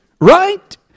right